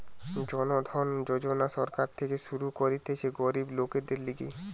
জন ধন যোজনা সরকার থেকে শুরু করতিছে গরিব লোকদের লিগে